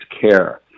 care